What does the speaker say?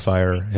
Fire